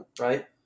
Right